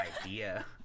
idea